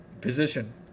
position